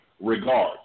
regard